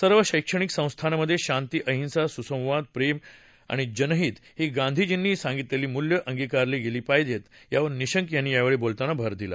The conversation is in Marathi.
सर्व शक्तभिक संस्थांमध्ये शांती अहिसा सुसंवाद प्रेम आणि जनहित ही गांधीजींनी सांगितलेली मूल्यं अंगीकारली गेली पाहिजेत यावर निशंक यांनी यावेळी बोलताना भर दिला